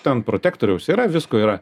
ten protektoriaus yra visko yra